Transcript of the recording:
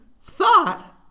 thought